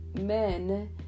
men